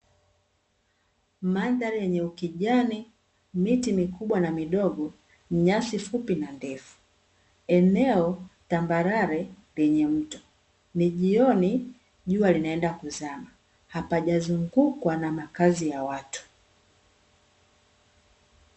Mandhari yenye ukijani, miti mikubwa na midogo, nyasi fupi na ndefu, eneo tambarare lina mto. Ni jioni, jua linaenda kuzama, hapajazungukwa na makazi ya watu.